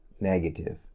negative